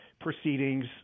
proceedings